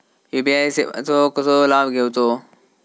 UPI सेवाचो कसो लाभ घेवचो?